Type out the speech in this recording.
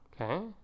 Okay